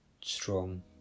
strong